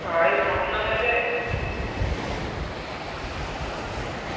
हां एह् सनाई ओड़दा में ते